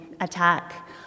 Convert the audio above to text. attack